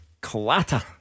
Clatter